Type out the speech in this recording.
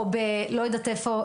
או לא יודעת איפה,